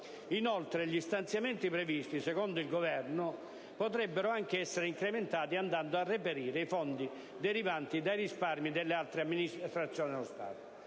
Inoltre, gli stanziamenti previsti, secondo il Governo, potrebbero anche essere incrementati utilizzando i fondi derivanti dai risparmi delle altre amministrazioni dello Stato!